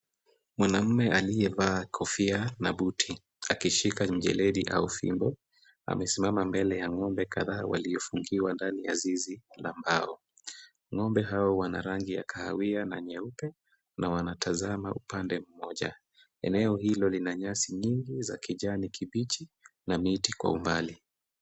Mwanaume aliyevaa kofia na buti akishika mjeledi au fimbo, amesimama mbele ya ng'ombe kadhaa waliofungwa ndani ya zizi ya mbao. Ng'ombe hao wana rangi ya kahawia na nyeupe na wanatazama upande mmoja. Eneo hilo lina nyasi nyingi za kijani kibichi na miti kwa umbali.